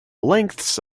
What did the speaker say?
lengths